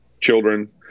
children